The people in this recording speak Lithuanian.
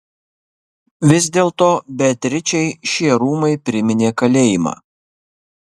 vis dėlto beatričei šie rūmai priminė kalėjimą